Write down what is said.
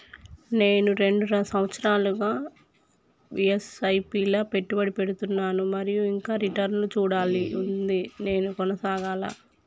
నేను రెండు సంవత్సరాలుగా ల ఎస్.ఐ.పి లా పెట్టుబడి పెడుతున్నాను మరియు ఇంకా రిటర్న్ లు చూడాల్సి ఉంది నేను కొనసాగాలా?